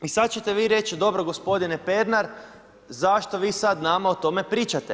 I sad ćete vi reći dobro gospodine Pernar, zašto vi sad nama o tome pričate?